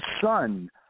son